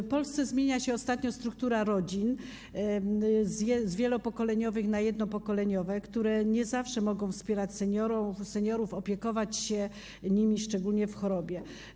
W Polsce zmienia się ostatnio struktura rodzin z wielopokoleniowych na jednopokoleniowe, które nie zawsze mogą wspierać seniorów, opiekować się nimi, szczególnie w chorobie.